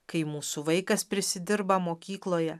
kai mūsų vaikas prisidirba mokykloje